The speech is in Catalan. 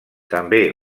també